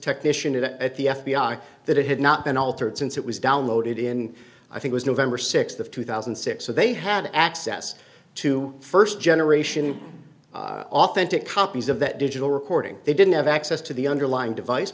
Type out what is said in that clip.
technician at the f b i that it had not been altered since it was downloaded in i think was november sixth of two thousand and six so they had access to first generation authentic copies of that digital recording they didn't have access to the underlying device